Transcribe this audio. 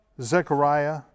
Zechariah